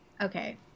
Okay